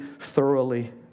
thoroughly